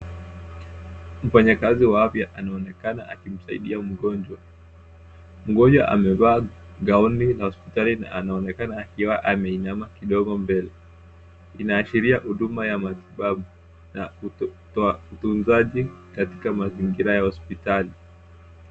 Mfanyikazi wa afya anaonekana akimsaidia mgonjwa. Mgonjwa amevaa gauni ya hospitali na anaonekana akiwa ameinama kidogo mbele .Inaashiria huduma ya matibabu na kutoa utunzaji katika mazingira ya hospitali.